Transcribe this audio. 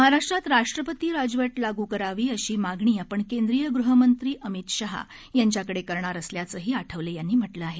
महाराष्ट्रात राष्ट्रपती राजवट लागू करावी अशी मागणी आपण केंद्रीय गृहमंत्री अमित शहा यांच्याकडे करणार असल्याचंही आठवले यांनी म्हटलं आहे